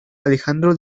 alejandro